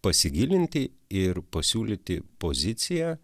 pasigilinti ir pasiūlyti poziciją